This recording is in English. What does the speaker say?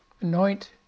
anoint